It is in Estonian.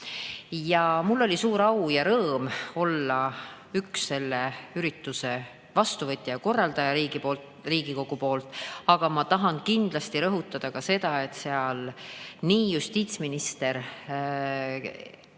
Mul oli suur au ja rõõm olla üks selle ürituse vastuvõtja ja korraldaja Riigikogus. Aga ma tahan kindlasti rõhutada seda, et justiitsminister